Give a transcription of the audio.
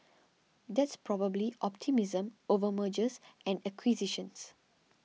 that's probably optimism over mergers and acquisitions